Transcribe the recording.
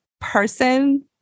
person